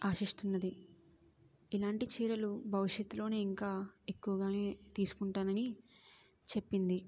ఆశిస్తున్నది ఇలాంటి చీరలు భవిష్యత్తులో ఇంకా ఎక్కువగా తీసుకుంటాను అని చెప్పింది